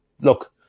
look